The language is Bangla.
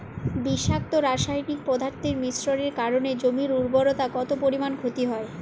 বিষাক্ত রাসায়নিক পদার্থের মিশ্রণের কারণে জমির উর্বরতা কত পরিমাণ ক্ষতি হয়?